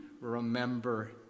remember